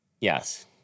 Yes